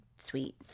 Sweet